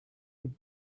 would